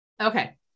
Okay